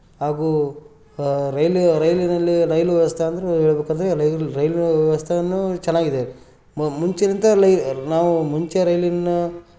ಹಾಗೂ ರೈಲ್ ರೈಲಿನಲ್ಲಿ ರೈಲು ವ್ಯವಸ್ಥೆ ಅಂದ್ರೆ ಹೇಳ್ಬೇಕಂದ್ರೆ ರೈಲು ವ್ಯವಸ್ಥೆ ಏನು ಚೆನ್ನಾಗಿದೆ ಮುಂಚಿನಿಂದ ಲೆ ನಾವು ಮುಂಚೆ ರೈಲಿನ